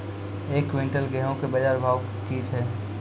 एक क्विंटल गेहूँ के बाजार भाव की छ?